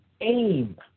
aim